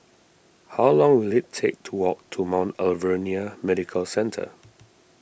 how long will it take to walk to Mount Alvernia Medical Centre